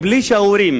בלי שההורים